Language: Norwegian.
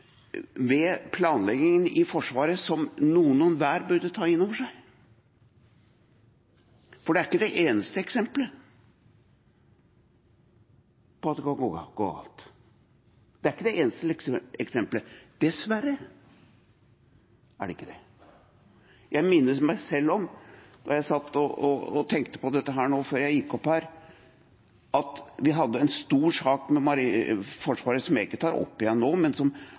ved planleggingen i Forsvaret, og som noen hver burde ta inn over seg, for det er ikke det eneste eksemplet på at det går galt. Det er ikke det eneste eksemplet – dessverre er det ikke det. Jeg minnet meg selv på, da jeg satt og tenkte på dette før jeg gikk opp her på talerstolen, at vi hadde en stor sak om Forsvaret – som jeg ikke skal ta opp igjen her nå – som